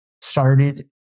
started